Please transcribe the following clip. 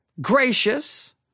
gracious